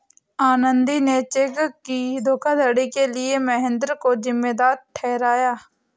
आनंदी ने चेक की धोखाधड़ी के लिए महेंद्र को जिम्मेदार ठहराया